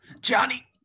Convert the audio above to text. Johnny